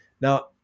Now